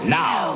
now